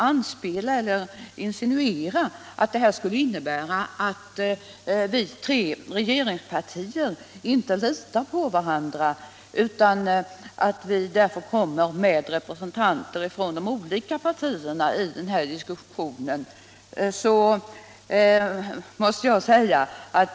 Fru Håvik insinuerar att anledningen till att de tre regeringspartierna kommer med var sin representant i den här diskussionen är att vi inte litar på varandra.